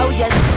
yes